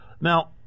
Now